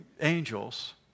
angels